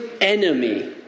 enemy